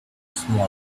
small